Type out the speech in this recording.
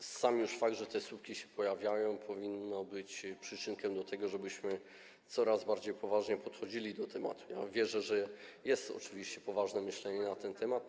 I już sam fakt, że te słupki się pojawiają, powinien być przyczynkiem do tego, żebyśmy coraz poważniej podchodzili do tematu, a wierzę, że jest to oczywiście poważne myślenie na ten temat.